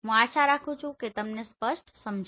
હું આશા રાખું છું કે આ તમારા માટે સ્પષ્ટ હશે